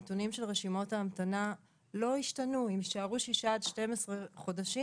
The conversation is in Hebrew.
הנתונים של רשימות ההמתנה לא השתנו הם נשארו 12-6 חודשים,